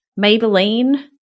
Maybelline